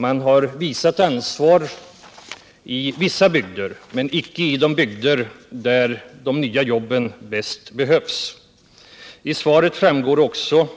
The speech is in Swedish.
Man har visat ansvar i vissa bygder men icke i de bygder där de nya jobben bäst behövs. Av svaret framgår också